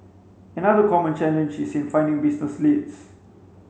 another common challenge is in finding business leads